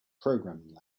programming